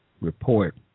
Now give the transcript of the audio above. report